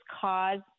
cause